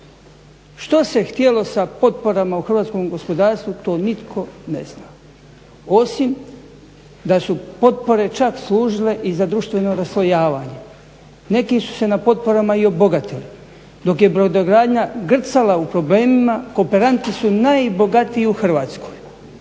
Što se htjelo sa potporama u hrvatskom gospodarstvu to nitko ne zna, osim da su potpore čak služile i za društveno raslojavanje. Neki su se na potporama i obogatili. Dok je brodogradnja grcala u problemima, kooperanti su najbogatiji u Hrvatskoj,